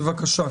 בבקשה.